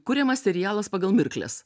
kuriamas serialas pagal mirkles